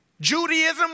Judaism